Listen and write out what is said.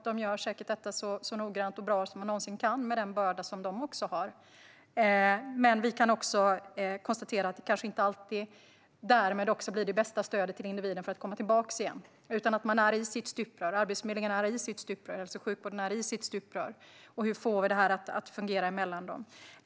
De gör det säkert så noggrant och bra det någonsin går, med tanke på den börda de har. Men vi kan också konstatera att det kanske inte alltid blir det bästa stödet för att individen ska komma tillbaka igen. Försäkringskassan är i sitt stuprör. Arbetsförmedlingen är i sitt stuprör. Hälso och sjukvården är i sitt stuprör. Hur får vi det att fungera mellan dem?